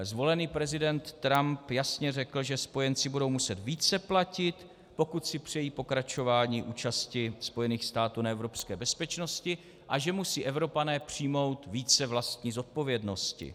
Zvolený prezident Trump jasně řekl, že spojenci budou muset více platit, pokud si přejí pokračování účasti Spojených států na evropské bezpečnosti, a že musí Evropané přijmout více vlastní zodpovědnosti.